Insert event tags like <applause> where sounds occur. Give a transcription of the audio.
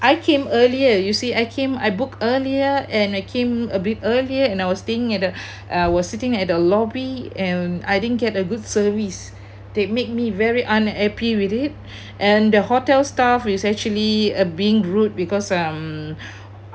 I came earlier you see I came I booked earlier and I came a bit earlier and I was staying at the <breath> I was sitting at the lobby and I didn't get a good service they make me very unhappy with it and the hotel staff is actually uh being rude because um